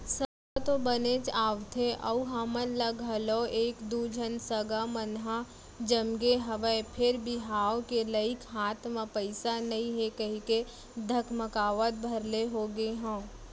सगा तो बनेच आवथे अउ हमन ल घलौ एक दू झन सगा मन ह जमगे हवय फेर बिहाव के लइक हाथ म पइसा नइ हे कहिके धकमकावत भर ले होगे हंव